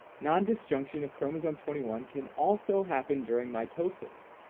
nondisjunction of chromosome twenty one can also happen during mitosis,